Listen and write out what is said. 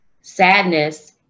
sadness